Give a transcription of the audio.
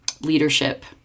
leadership